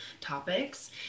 topics